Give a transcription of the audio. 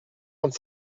vingt